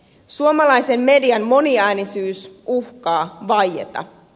suomalaisen median moniäänisyys uhkaa vaieta